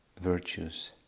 virtues